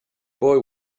boy